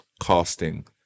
casting